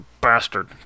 bastard